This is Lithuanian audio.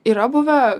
yra buvę